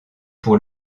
pour